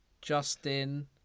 Justin